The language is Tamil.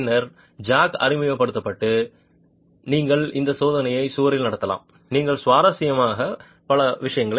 மேலும் பின்னர் ஜாக் அறிமுகப்படுத்தப்பட்டு நீங்கள் இந்த சோதனையை சுவரில் நடத்தலாம் சில சுவாரஸ்யமானவை உள்ளன